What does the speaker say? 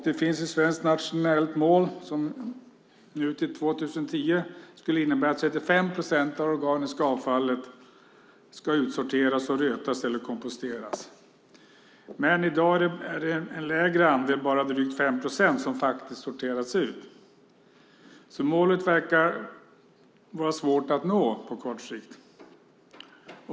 Det finns ett svenskt nationellt mål som till 2010 skulle innebära att 35 procent av det organiska avfallet ska utsorteras och rötas eller komposteras. Men i dag är det en mindre andel, bara drygt 5 procent, som faktiskt sorteras ut. Målet verkar vara svårt att nå på kort sikt.